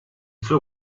suo